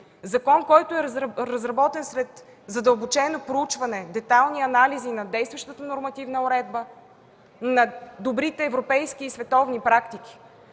Закон, който е разработен след задълбочено проучване, детайлни анализи на действащата нормативна уредба, на добрите европейски и световни практики,